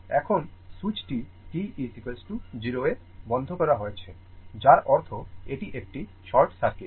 এখন সুইচটি t 0 এ বন্ধ করা হয়েছে যার অর্থ এটি একটি শর্ট সার্কিট